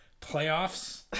playoffs